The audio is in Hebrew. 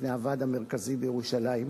בפני הוועד המרכזי בירושלים,